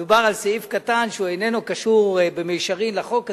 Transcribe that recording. מדובר על סעיף קטן שאיננו קשור במישרין לחוק הזה,